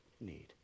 need